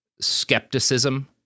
skepticism